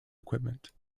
equipment